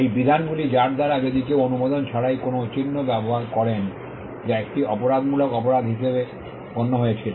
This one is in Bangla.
এই বিধানগুলি যার দ্বারা যদি কেউ অনুমোদন ছাড়াই কোনও চিহ্ন ব্যবহার করেন যা একটি অপরাধমূলক অপরাধ হিসাবে গণ্য হয়েছিল